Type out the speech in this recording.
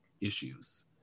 issues